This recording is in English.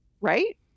right